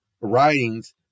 writings